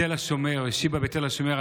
בתל השומר,